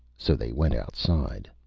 so they went outside.